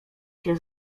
się